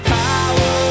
power